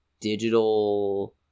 digital